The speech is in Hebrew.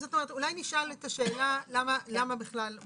זאת אומרת, אולי נשאל את השאלה למה בכלל.